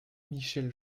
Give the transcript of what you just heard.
michel